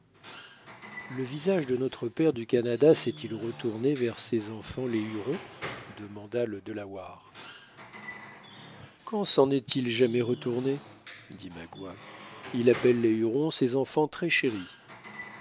le visage de notre père du canada s'est-il retourné vers ses enfants les hurons demanda le delaware quand s'en est-il jamais retourné dit magua il appelle les hurons ses enfants très chéris